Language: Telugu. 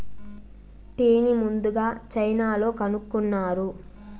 టీని ముందుగ చైనాలో కనుక్కున్నారు